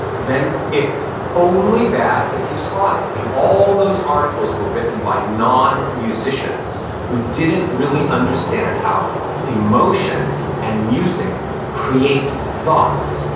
then it's only bad if you slide. and all those articles were written by non-musicians who didn't really understand how emotion and music create thoughts.